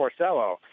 Porcello